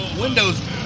windows